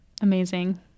Amazing